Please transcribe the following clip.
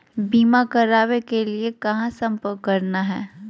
बीमा करावे के लिए कहा संपर्क करना है?